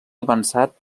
avançat